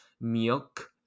milk